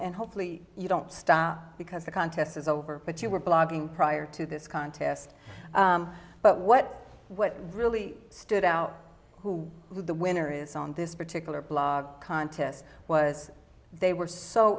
and hopefully you don't stop because the contest is over but you were blogging prior to this contest but what what really stood out who the winner is on this particular blog contest was they were so